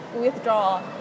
withdraw